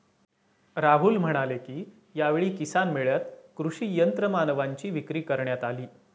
राहुल म्हणाले की, यावेळी किसान मेळ्यात कृषी यंत्रमानवांची विक्री करण्यात आली